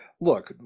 look